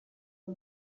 کوس